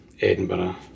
Edinburgh